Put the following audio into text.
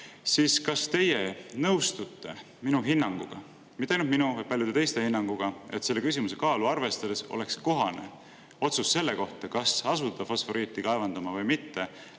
siis kas teie nõustute minu hinnanguga – mitte ainult minu, vaid ka paljude teiste hinnanguga –, et selle küsimuse kaalu arvestades oleks kohane otsus selle kohta, kas asuda fosforiiti kaevandama või mitte,